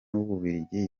w’ububiligi